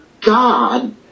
God